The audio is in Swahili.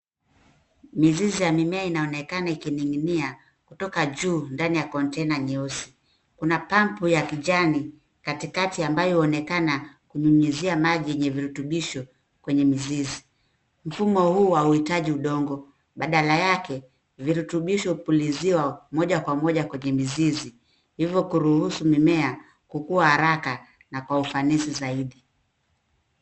Mizizi ya mimea inaonekana ikining'inia kutoka juu ndani ya container nyeusi, kuna pump ya kijani katikati ambayo huonekana kunyunyizia maji yenye virutubisho kwenye mizizi, mfumo huu hauhitaji udongo, badala ayke virutubisho hupuliziwa moja kwa moja kwenye mizizi hivo kuruhusu mimea kukua haraka na kwa ufanisi zaidi.